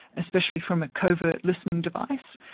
especially from a covert listening device,